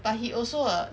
but he also a